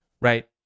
right